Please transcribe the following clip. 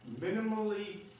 minimally